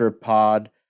Pod